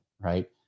right